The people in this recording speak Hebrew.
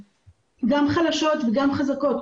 גם חלשות וגם חזקות,